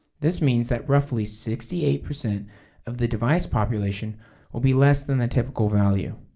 this means that roughly sixty eight percent of the device population will be less than the typical value.